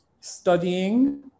studying